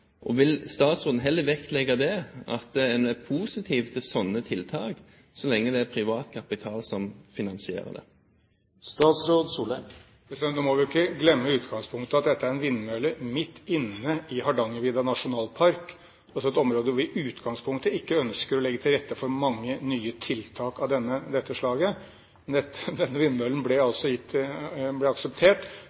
Vil statsråden heller vektlegge at en er positiv til sånne tiltak, så lenge det er privat kapital som finansierer det? Nå må vi jo ikke glemme utgangspunktet: Dette er en vindmølle midt inne i Hardangervidda nasjonalpark, i et område der vi i utgangspunktet ikke ønsker å legge til rette for mange nye tiltak av dette slaget. Men denne vindmøllen ble altså